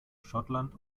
schottland